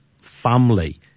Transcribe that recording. family